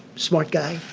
smart guy.